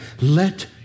Let